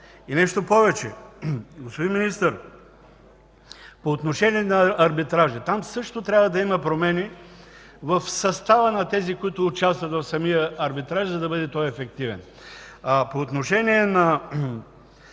И нещо повече, господин Министър, по отношение на арбитража. Там също трябва да има промени в състава на тези, които участват в самия арбитраж, за да бъде той ефективен. По отношение на